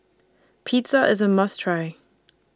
Pizza IS A must Try